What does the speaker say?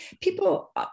People